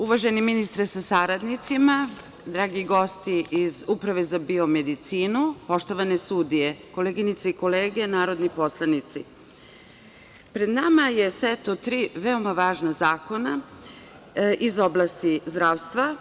Uvaženi ministre sa saradnicima, dragi gosti iz Uprave za biomedicinu, poštovane sudije, koleginice i kolege narodni poslanici, pred nama je set od tri veoma važna zakona iz oblasti zdravstva.